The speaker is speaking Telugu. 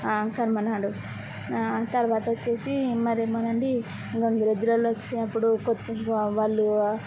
కనుమనాడు తర్వాత వచ్చేసి మరేమోనండి గంగిరెద్దు వాళ్ళు వచ్చినప్పుడు కొద్దిగా వాళ్ళు